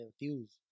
infuse